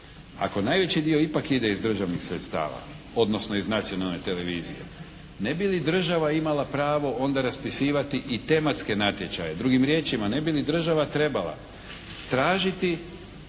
Ako najveći dio ipak ide iz državnih sredstava, odnosno iz nacionalne televizije, ne bi li država imala pravo onda raspisivati i tematske natječaje? Drugim riječima ne bi li država trebala tražiti